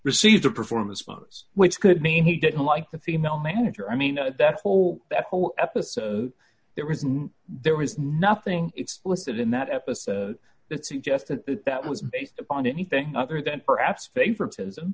received a performance flows which could mean he didn't like the female manager i mean that whole that whole episode there was no there was nothing explicit in that episode that suggested that was based upon anything other than perhaps favoritism